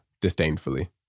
disdainfully